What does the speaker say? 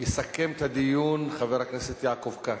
יסכם את הדיון חבר הכנסת יעקב כץ,